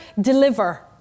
deliver